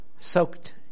Soaked